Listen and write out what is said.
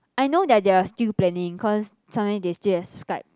I know that they are still planning cause sometimes they still have Skype